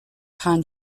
pine